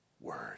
word